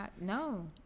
No